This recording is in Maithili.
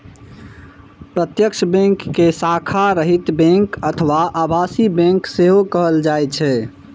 प्रत्यक्ष बैंक कें शाखा रहित बैंक अथवा आभासी बैंक सेहो कहल जाइ छै